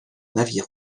navire